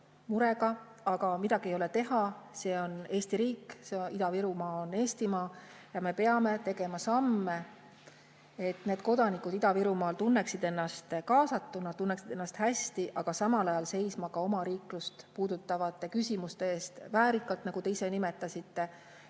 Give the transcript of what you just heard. murega, aga midagi ei ole teha, see on Eesti riik, Ida-Virumaa on Eestimaa. Me peame tegema samme, et need [inimesed] Ida-Virumaal tunneksid ennast kaasatuna, tunneksid ennast hästi, aga samal ajal seisma omariiklust puudutavate küsimuste eest väärikalt, nagu te ise nimetasite.